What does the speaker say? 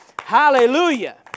Hallelujah